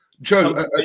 Joe